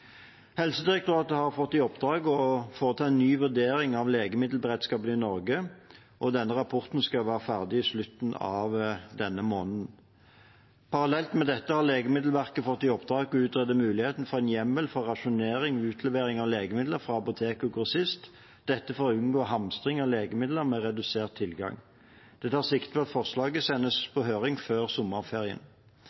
Helsedirektoratet har fått i oppdrag å foreta en ny vurdering av legemiddelberedskapen i Norge, og denne rapporten skal være ferdig i slutten av denne måneden. Parallelt med dette har Legemiddelverket fått i oppdrag å utrede muligheten for en hjemmel for rasjonering ved utlevering av legemidler fra apotek og grossist – dette for å unngå hamstring av legemidler ved redusert tilgang. Det tas sikte på at forslaget sendes